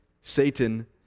Satan